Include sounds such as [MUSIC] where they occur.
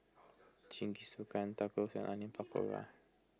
Jingisukan Tacos and Onion Pakora [NOISE]